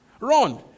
Run